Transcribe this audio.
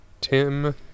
Tim